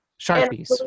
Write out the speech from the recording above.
sharpies